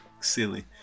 silly